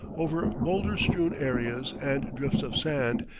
over bowlder-strewn areas and drifts of sand,